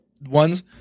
ones